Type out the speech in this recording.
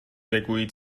بگویید